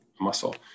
muscle